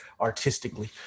artistically